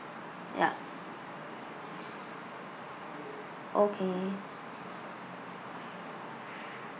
yup okay